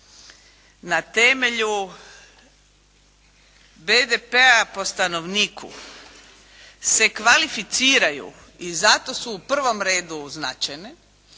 na temelju BDP-a po stanovniku se kvalificiraju i zato su u prvom redu značajne,